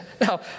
now